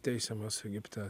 teisiamas egipte